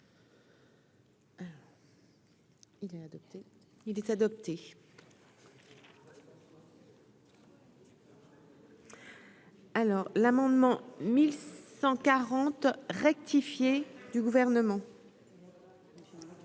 il est adopté. Alors l'amendement 1140 rectifier du gouvernement.